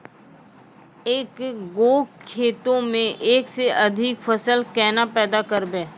एक गो खेतो मे एक से अधिक फसल केना पैदा करबै?